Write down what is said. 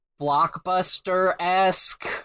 blockbuster-esque